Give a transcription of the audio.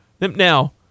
Now